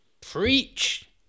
Preach